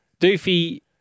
Doofy